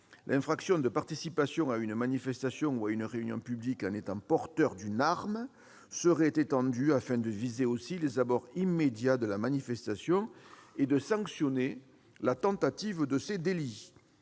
L'infraction de participation à une manifestation ou à une réunion publique en étant porteur d'une arme serait étendue afin de viser aussi les abords immédiats de la manifestation et de sanctionner la tentative de ces délits.